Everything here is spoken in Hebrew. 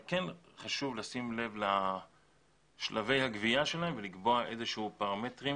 חשוב לשים לב לשלבי הגבייה שלהם ולקבוע פרמטרים